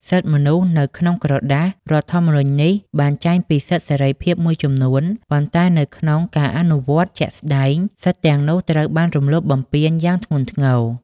សិទ្ធិមនុស្សនៅក្នុងក្រដាស រដ្ឋធម្មនុញ្ញនេះបានចែងពីសិទ្ធិសេរីភាពមួយចំនួន ប៉ុន្តែនៅក្នុងការអនុវត្តជាក់ស្ដែង សិទ្ធិទាំងនោះត្រូវបាន រំលោភបំពានយ៉ាងធ្ងន់ធ្ងរ។